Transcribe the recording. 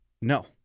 No